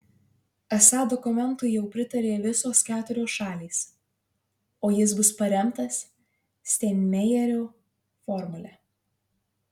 esą dokumentui jau pritarė visos keturios šalys o jis bus paremtas steinmeierio formule